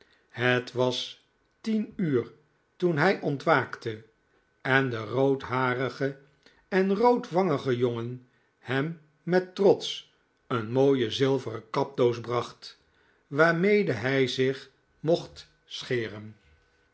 het was tien uur toen hij ontwaakte en de roodharige en roodwangige jongen hem met trots een mooie zilveren kapdoos bracht waarmede hij zich mocht scheren